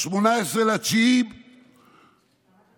ב-18 בספטמבר 2019,